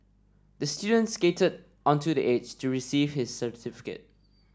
the student skated onto the stage to receive his certificate